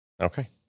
Okay